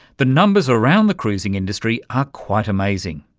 the numbers around the cruising industry are quite amazing,